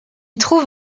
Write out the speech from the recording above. trouve